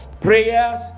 prayers